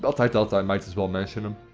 but i thought i might as well mention them.